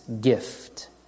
gift